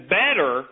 better